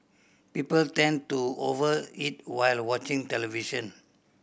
people tend to over eat while watching television